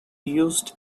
used